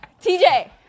TJ